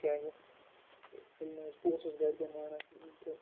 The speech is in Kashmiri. کیازِ ییٚلہِ نہٕ حظ بہٕ اوسُس گَرِکٮ۪ن مانان کِہیٖنۍ تہٕ